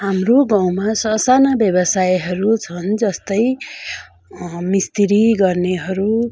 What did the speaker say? हाम्रो गाउँमा ससाना व्यवसायहरू छन् जस्तै मिस्त्री गर्नेहरू